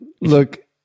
Look